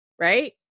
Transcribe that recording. right